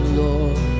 lord